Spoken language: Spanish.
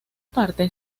parte